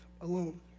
alone